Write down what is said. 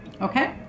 Okay